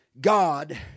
God